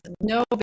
no